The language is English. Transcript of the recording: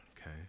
okay